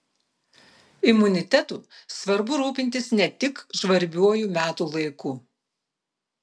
imunitetu svarbu rūpintis ne tik žvarbiuoju metų laiku